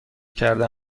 کرده